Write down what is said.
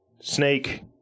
snake